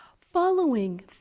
Following